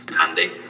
handy